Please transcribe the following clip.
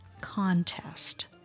contest